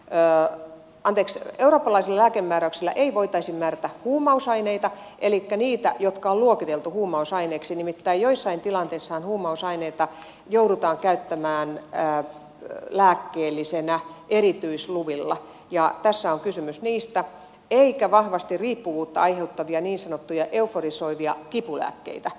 pää anteeksi eurooppalaisella lääkemääräyksellä ei voitaisi määrätä huumausaineita elikkä niitä jotka on luokiteltu huumausaineiksi nimittäin joissain tilanteissahan huumausaineita joudutaan käyttämään lääkkeellisesti erityisluvilla ja tässä on kysymys niistä eikä vahvasti riippuvuutta aiheuttavia niin sanottuja euforisoivia kipulääkkeitä